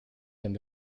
them